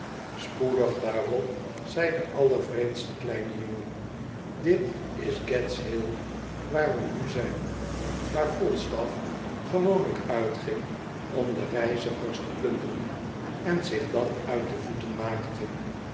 spoedig daarop zei dcallervreemdste kleine jongen dit is gads hnt waar we nu zijn waar fallstaff gewoonlijk uitging om de reizigers te plunderen en zich dan uit de voeten maakte